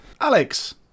Alex